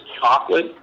chocolate